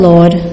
Lord